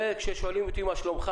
זה כששואלים אותי מה שלומך.